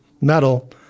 metal –